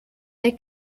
they